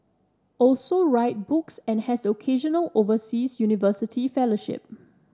also write books and has the occasional overseas university fellowship